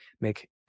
make